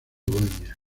bohemia